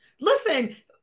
Listen